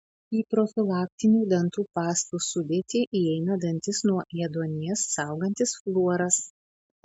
į profilaktinių dantų pastų sudėtį įeina dantis nuo ėduonies saugantis fluoras